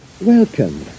Welcome